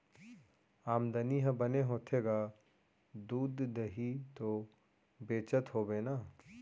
आमदनी ह बने होथे गा, दूद, दही तो बेचत होबे ना?